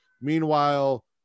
Meanwhile